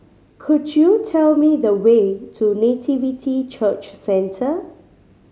could you tell me the way to Nativity Church Centre